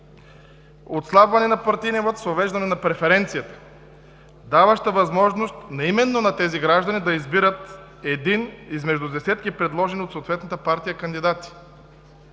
отслабване на партийния вот с въвеждане на преференцията, даваща възможност именно на тези граждани да избират един измежду десетки предложени от съответната партия кандидати.